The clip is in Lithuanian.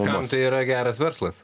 kam tai yra geras verslas